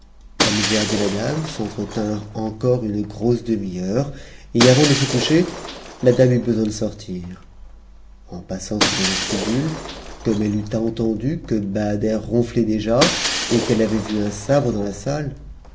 la dame s'entretinrent encore une grosse demi-heure et mant de se coucher la dame eut besoin de sortir en passant sous le ves me comme elle eut entendu que bahader ronflait déjà et qu'elle avait ua sabre dans la salle